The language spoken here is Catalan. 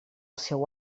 seu